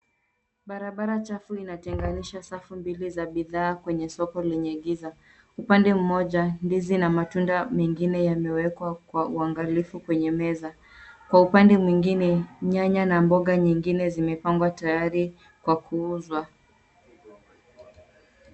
Barabara chafu inatenganisha safu mbili za bidhaa kwenye soko lenye giza. Upande mmoja ndizi na matunda mengine yamewekwa kwa uangalifu kwenye meza. Kwa upande mwengine nyanya na mboga nyengine zimepangwa tayari kwa kuuzwa.